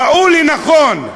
ראו לנכון,